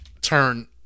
turn